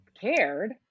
cared